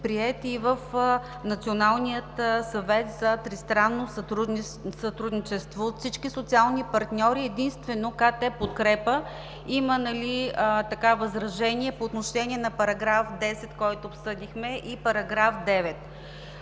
приет и в Националния съвет за тристранно сътрудничество. От всички социални партньори единствено КТ „Подкрепа“ има възражения по отношение на § 10, който обсъдихме, и § 9.